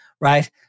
Right